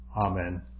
Amen